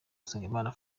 usengimana